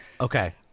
okay